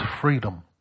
freedom